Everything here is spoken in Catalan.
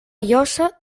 llosa